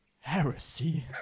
Heresy